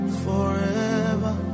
forever